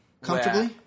comfortably